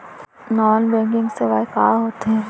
Non banking सेवाएं का होथे?